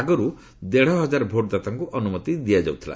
ଆଗରୁ ଦେଢ଼ହଜାର ଭୋଟ୍ଦାତାଙ୍କୁ ଅନୁମତି ଦିଆଯାଉଥିଲା